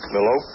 Hello